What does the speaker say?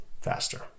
faster